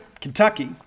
Kentucky